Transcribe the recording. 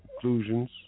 conclusions